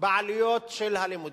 בעלויות של הלימודים.